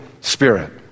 Spirit